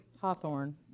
Hawthorne